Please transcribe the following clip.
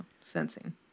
sensing